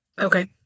Okay